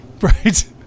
Right